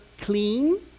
clean